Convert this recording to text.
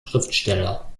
schriftsteller